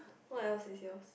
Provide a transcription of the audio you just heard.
what else is yours